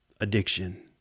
Addiction